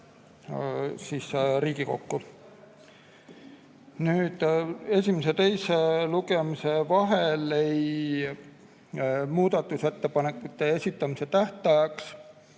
siia Riigikokku jõudis. Esimese ja teise lugemise vahel muudatusettepanekute esitamise tähtajaks